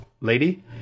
lady